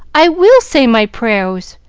i will say my prayers!